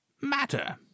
matter